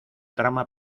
trama